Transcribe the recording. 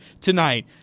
tonight